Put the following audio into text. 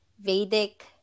Vedic